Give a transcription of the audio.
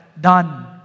done